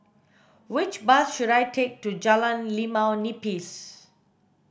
which bus should I take to Jalan Limau Nipis